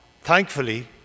Thankfully